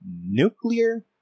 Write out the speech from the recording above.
nuclear